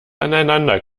aneinander